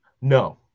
No